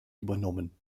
übernommen